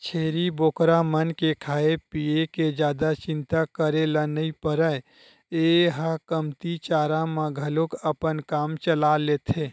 छेरी बोकरा मन के खाए पिए के जादा चिंता करे ल नइ परय ए ह कमती चारा म घलोक अपन काम चला लेथे